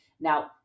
Now